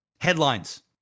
Headlines